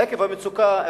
עקב המצוקה,